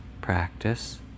practice